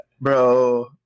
Bro